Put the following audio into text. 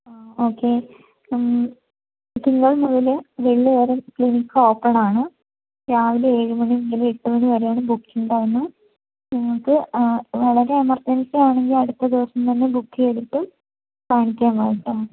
ആ ഓക്കെ തിങ്കൾ മുതല് വെള്ളി വരെ ക്ലിനിക്കോപ്പണാണ് രാവിലെ ഏഴു മണി മുതല് എട്ടു മണിവരെയാണ് ബുക്കിങ് ടൈം നിങ്ങള്ക്ക് വളരെ എമർജൻസി ആണെങ്കില് അടുത്ത ദിവസം തന്നെ ബുക്കെയ്തിട്ട് കാണിക്കാൻ വായെട്ടോ